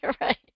Right